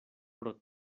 pro